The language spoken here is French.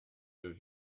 deux